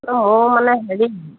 মোৰ মানে হেৰি